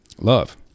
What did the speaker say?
love